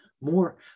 more